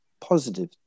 positive